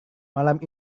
malam